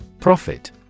Profit